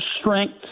strength